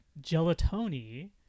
gelatoni